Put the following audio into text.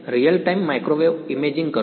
real time microwave imaging કરો